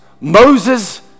Moses